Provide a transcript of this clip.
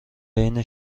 بین